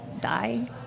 die